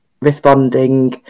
responding